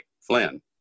Flynn